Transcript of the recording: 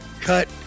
cut